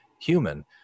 human